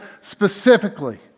specifically